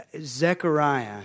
Zechariah